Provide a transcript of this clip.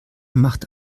macht